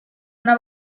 una